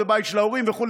זה הבית של ההורים וכו'.